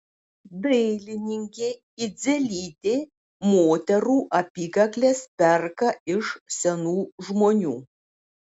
dailininkė idzelytė moterų apykakles perka iš senų žmonių